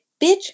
bitch